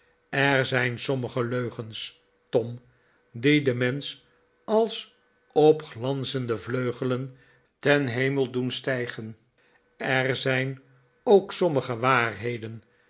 er zijn sommige leugens tom die den mensch als op glanzende vleugelen ten hemel doen stijgen er zijn ook sommige waarheden